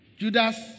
Judas